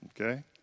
Okay